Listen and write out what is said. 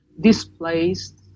displaced